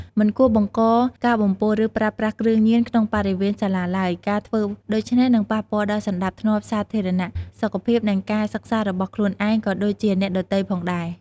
មិនគួរបង្កការបំពុល ឬប្រើប្រាស់គ្រឿងញៀនក្នុងបរិវេណសាលាឡើយ ការធ្វើដូច្នេះនឹងប៉ះពាល់ដល់សណ្តាប់ធ្នាប់សាធារណៈ សុខភាព និងការសិក្សារបស់ខ្លួនឯង ក៏ដូចជាអ្នកដទៃផងដែ។